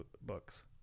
books